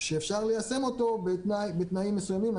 שאפשר ליישם אותו בתנאים מסוימים.